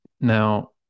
Now